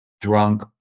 Drunk